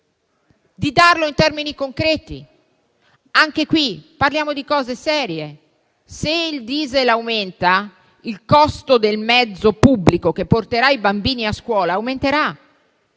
italiane, in termini concreti. Anche qui, parliamo di cose serie. Se il diesel aumenta, il costo del mezzo pubblico che porterà i bambini a scuola aumenterà